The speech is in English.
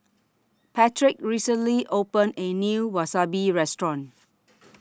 Patrick recently opened A New Wasabi Restaurant